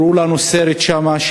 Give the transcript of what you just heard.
הראו לנו שם סרט שעבריינים